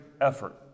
effort